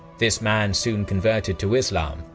this man soon converted to islam,